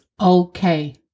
okay